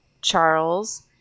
Charles